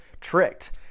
tricked